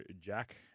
Jack